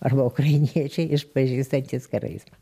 arba ukrainiečiai išpažįstantys karaizmą